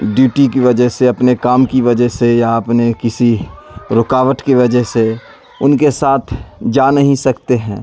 duty کی وجہ سے اپنے کام کی وجہ سے یا اپنے کسی رکاوٹ کی وجہ سے ان کے ساتھ جا نہیں سکتے ہیں